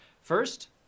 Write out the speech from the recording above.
First